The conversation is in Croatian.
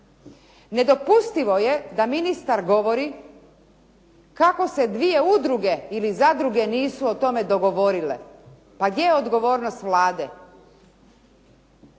Nedopustivo je da ministar govori kako se dvije udruge ili zadruge nisu o tome dogovorile. Pa gdje je odgovornost Vlade